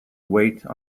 wait